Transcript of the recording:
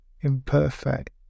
imperfect